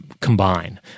combine